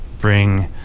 bring